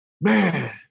man